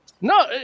No